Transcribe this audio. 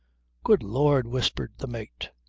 good lord! whispered the mate.